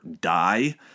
die